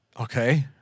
Okay